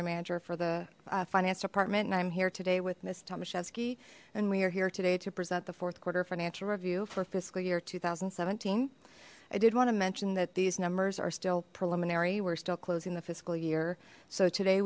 treasury manager for the finance department and i'm here today with ms thomashefsky and we are here today to present the fourth quarter financial review for fiscal year two thousand and seventeen i did want to mention that these numbers are still preliminary we're still closing the fiscal year so today